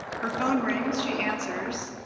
her phone rings, she answers.